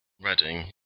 Reading